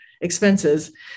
expenses